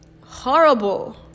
horrible